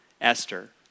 Esther